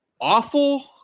awful